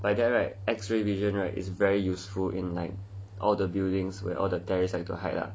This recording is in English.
by then right X-ray vision right is very useful in like all the buildings where the terrorists like to hide lah